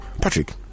Patrick